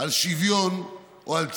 על שוויון או על צדק.